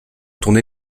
tourner